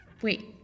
Wait